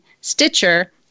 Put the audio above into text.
Stitcher